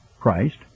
Christ